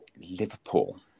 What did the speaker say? Liverpool